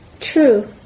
True